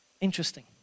Interesting